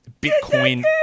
Bitcoin